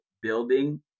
building